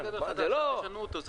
זה